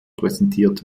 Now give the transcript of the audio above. präsentiert